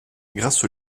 grâce